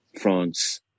France